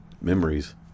memories